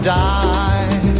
die